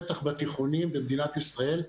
בטח בתיכונים במדינת ישראל,